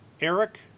Eric